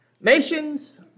Nations